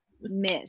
miss